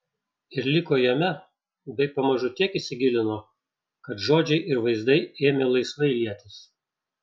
ir liko jame bei pamažu tiek įsigilino kad žodžiai ir vaizdai ėmė laisvai lietis